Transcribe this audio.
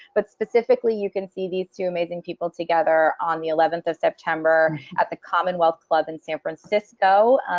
but specifically, you can see these two amazing people together on the eleventh of september at the commonwealth club in san francisco